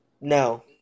No